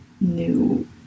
new